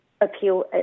appeal